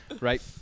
Right